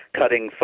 cutting